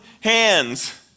hands